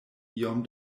iom